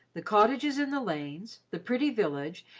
the cottages in the lanes, the pretty village,